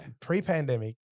pre-pandemic